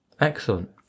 Excellent